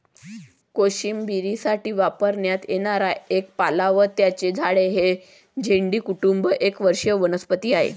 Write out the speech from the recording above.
कोशिंबिरीसाठी वापरण्यात येणारा एक पाला व त्याचे झाड हे डेझी कुटुंब एक वार्षिक वनस्पती आहे